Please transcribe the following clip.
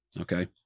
okay